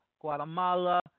Guatemala